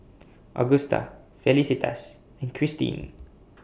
Augusta Felicitas and Christine